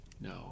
no